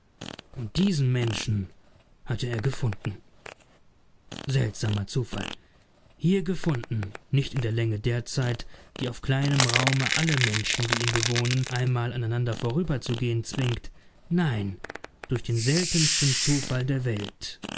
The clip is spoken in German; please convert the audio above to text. vermochte und diesen menschen hatte er gefunden seltsamer zufall hier gefunden nicht in der länge der zeit die auf kleinem räume alle menschen die ihn bewohnen einmal aneinander vorüberzugehen zwingt nein durch den seltensten zufall der welt